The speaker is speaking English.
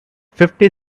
fifty